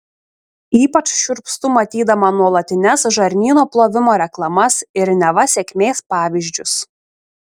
ypač šiurpstu matydama nuolatines žarnyno plovimo reklamas ir neva sėkmės pavyzdžius